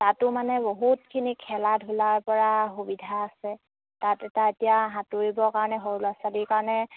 তাতো মানে বহুতখিনি খেলা ধূলাৰ পৰা সুবিধা আছে তাত এটা এতিয়া সাঁতুৰিবৰ কাৰণে সৰু ল'ৰা ছোৱালীৰ কাৰণে